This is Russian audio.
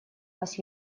нас